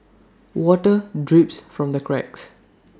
water drips from the cracks